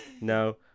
No